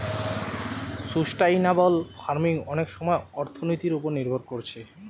sustainable farming অনেক সময় অর্থনীতির উপর নির্ভর কোরছে